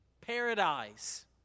paradise